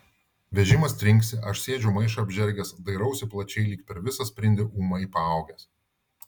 vežimas trinksi aš sėdžiu maišą apžergęs dairausi plačiai lyg per visą sprindį ūmai paaugęs